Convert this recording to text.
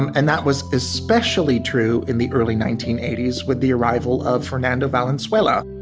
and and that was especially true in the early nineteen eighty s with the arrival of fernando valenzuela